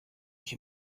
ich